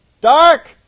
Dark